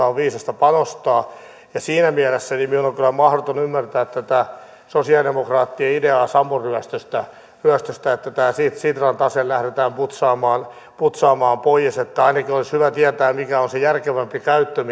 on viisasta panostaa ja siinä mielessä minun on kyllä mahdoton ymmärtää tätä sosialidemokraattien ideaa sammon ryöstöstä ryöstöstä että tämä sitran tase lähdetään putsamaan putsamaan pois ainakin olisi hyvä tietää mikä on se järkevämpi käyttö